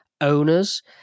owners